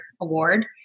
Award